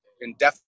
indefinitely